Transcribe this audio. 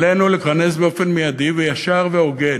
עלינו להיכנס באופן מיידי וישר והוגן